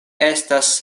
estas